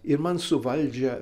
ir man su valdžia